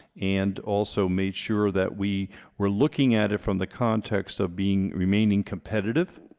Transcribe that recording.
and also made sure that we were looking at it from the context of being remaining competitive,